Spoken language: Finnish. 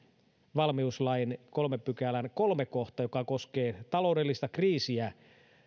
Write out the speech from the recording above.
valmiuslain kolmannen pykälän kolmas kohta joka koskee taloudellista kriisiä